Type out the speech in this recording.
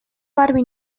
garbi